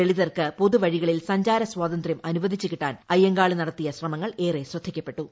ദളിതർക്ക് പൊതുവഴികളിൽ സഞ്ചാര സ്വാതന്ത്യം അനുവദിച്ച് കിട്ടാൻ അയ്യങ്കാളി നടത്തിയ ശ്രമങ്ങൾ ഏറെ ശ്രദ്ധിയ്ക്കപ്പെട്ടു